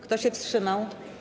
Kto się wstrzymał?